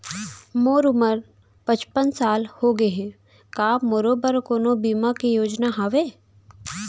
मोर उमर पचपन साल होगे हे, का मोरो बर कोनो बीमा के योजना हावे?